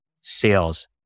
sales